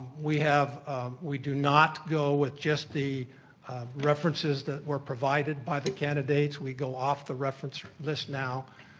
we have we do not go with just the references that were provided by the candidates. we go off the reference list now.